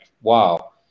wow